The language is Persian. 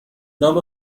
نام